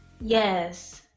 Yes